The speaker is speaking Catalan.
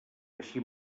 així